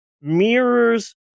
mirrors